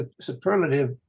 superlative